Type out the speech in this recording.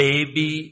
Baby